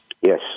Yes